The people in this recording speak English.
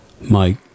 Mike